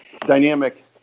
dynamic